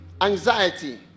anxiety